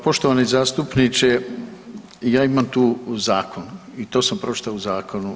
Poštovani zastupniče ja imam tu zakon i to sam pročitao u zakonu.